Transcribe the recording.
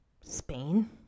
Spain